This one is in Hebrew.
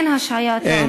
אין השעיה, אתה אומר.